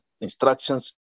instructions